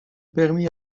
permit